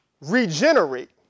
regenerate